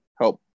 help